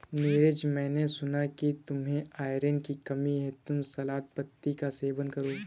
नीरज मैंने सुना कि तुम्हें आयरन की कमी है तुम सलाद पत्तियों का सेवन करो